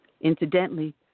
Incidentally